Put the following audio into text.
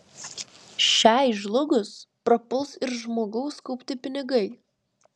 šiai žlugus prapuls ir žmogaus kaupti pinigai